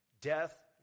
Death